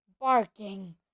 Barking